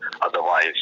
Otherwise